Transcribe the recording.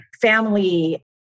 Family